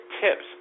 tips